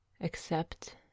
Accept